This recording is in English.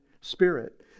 spirit